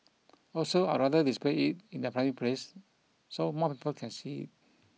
also I'd rather display it in a public place so more people can see it